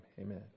Amen